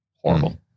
Horrible